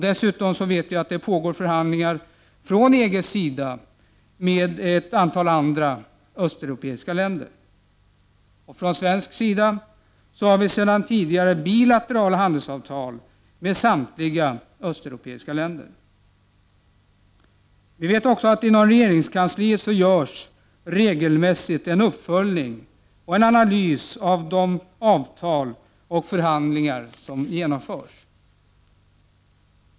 Dessutom vet jag att förhandlingar pågår mellan EG och andra östeuropeiska länder. Från svensk sida har vi sedan tidigare bilaterala handelsavtal med samtliga östeuropeiska länder. Vi vet också att det inom regeringskansliet regelmässigt görs en uppföljning och en analys av de avtal och förhandlingar som genomförts.